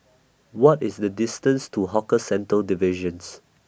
What IS The distance to Hawker Centres Division